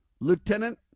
Lieutenant